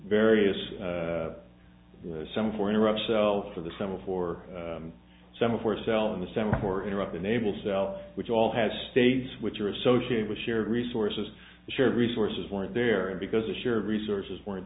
various some for interrupt self for the simple for some a for sale in the center for interrupt enable cell which all has states which are associated with shared resources shared resources weren't there and because the shared resources weren't